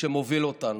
שמוביל אותנו,